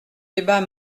débat